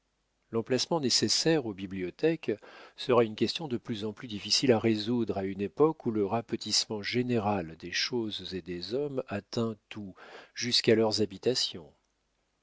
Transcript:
l'emplacement nécessaire aux bibliothèques sera une question de plus en plus difficile à résoudre à une époque où le rapetissement général des choses et des hommes atteint tout jusqu'à leurs habitations